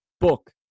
book